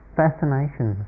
fascination